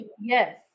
yes